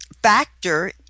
factor